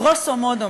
גרוסו מודו,